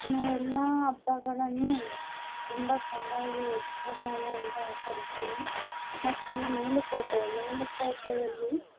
ಇನ್ನೆಲ್ಲಾ ಹಬ್ಬಗಳನ್ನು ತುಂಬ ಚಂದಾಗಿ ವಿಜೃಂಭಣೆಯಿಂದ ಆಚರಿಸಿ ಮತ್ತು ಮೇಲುಕೋಟೆ ಮೇಲುಕೋಟೆಯಲ್ಲಿ